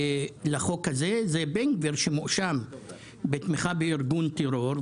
לחוק הזה זה בן גביר שמואשם בתמיכה בארגון טרור,